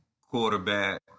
quarterback